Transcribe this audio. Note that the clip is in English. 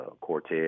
Cortez